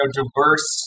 diverse